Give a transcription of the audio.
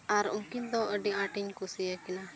ᱟᱨ ᱩᱱᱠᱤᱱ ᱫᱚ ᱟᱹᱰᱤ ᱟᱸᱴᱤᱧ ᱠᱩᱥᱤᱭᱟᱠᱤᱱᱟᱹ